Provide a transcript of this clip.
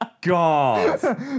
God